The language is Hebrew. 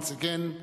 once again,